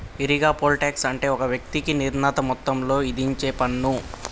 ఈరిగా, poll tax అంటే ఒక వ్యక్తికి నిర్ణీత మొత్తంలో ఇధించేపన్ను